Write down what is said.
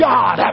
God